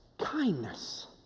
Kindness